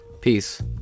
Peace